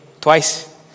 twice